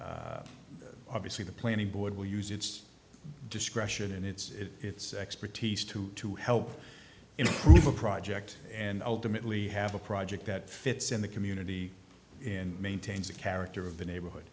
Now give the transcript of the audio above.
built obviously the planning board will use its discretion and its expertise to to help improve the project and ultimately have a project that fits in the community in maintains a character of the neighborhood